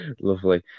lovely